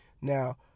now